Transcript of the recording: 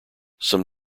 some